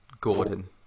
Gordon